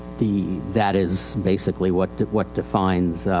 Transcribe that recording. the, that is basically what, what defines,